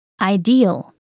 Ideal